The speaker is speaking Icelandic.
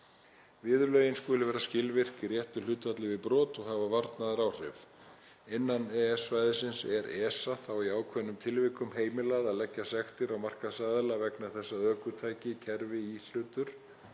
Viðurlögin skulu vera skilvirk í réttu hlutfalli við brot og hafa varnaðaráhrif. Innan EES-svæðisins er ESA þá í ákveðnum tilvikum heimilað að leggja sektir á markaðsaðila vegna þess að ökutæki, kerfi, íhlutur